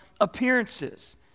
appearances